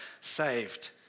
saved